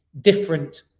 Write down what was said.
different